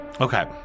Okay